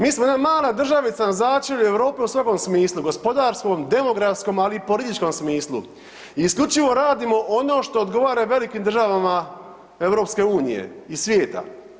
Mi smo jedna mala državica na začelju Europe u svakom smislu, gospodarskom, demografskom, ali i političkom smislu i isključivo radimo ono što odgovara velikim državama EU i svijeta.